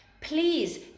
Please